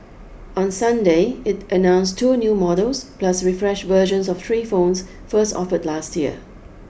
on Sunday it announced two new models plus refresh versions of three phones first offer last year